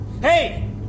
Hey